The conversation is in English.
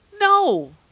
No